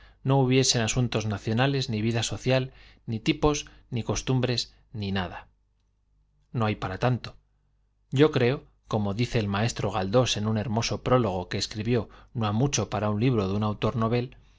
no hubiese asuntos nacionales ni vida social ni tipos ni costumbres ni nada no hay para tanto yo creo l como dice el maestro galdós en un hermoso prólogo que escribió no ha mucho para un libro de un autor novel